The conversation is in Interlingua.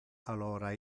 alora